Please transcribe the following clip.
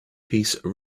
piece